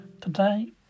Today